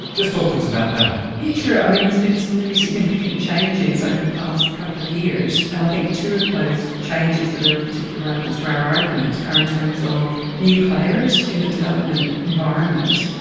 just talk to us about that. yes sure, i mean, there has been some really significant changes over the past couple of years, and i think two of those changes that are of particular relevance to our argument are in terms of new players in the development environment,